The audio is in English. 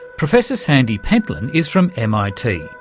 professor sandy pentland is from mit.